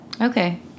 Okay